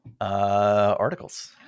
Articles